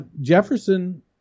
Jefferson